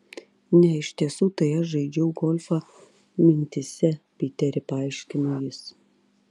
ne iš tiesų tai aš žaidžiau golfą mintyse piteri paaiškino jis